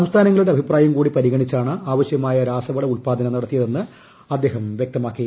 സംസ്ഥാനങ്ങളുടെ അഭിപ്രായം കൂടി പരിഗണിച്ചാണ് ആവശ്യമായ രാസവള ഉല്പാദനം നടത്തിയതെന്ന് അദ്ദേഹം വ്യക്തമാക്കി